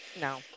No